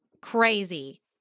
crazy